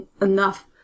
enough